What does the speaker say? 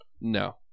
No